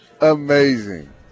Amazing